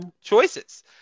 choices